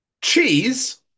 cheese